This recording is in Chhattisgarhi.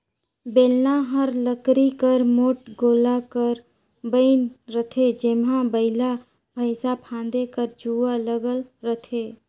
बेलना हर लकरी कर मोट गोला कर बइन रहथे जेम्हा बइला भइसा फादे कर जुवा लगल रहथे